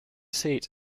seat